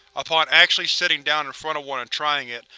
upon actually sitting down in front of one and trying it,